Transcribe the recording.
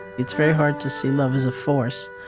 it's very hard to see love as a force,